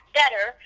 better